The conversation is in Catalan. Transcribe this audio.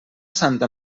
santa